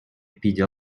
питӗ